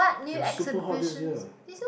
it was super hot this year